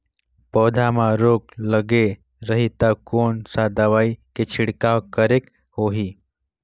पौध मां रोग लगे रही ता कोन सा दवाई के छिड़काव करेके होही?